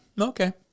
okay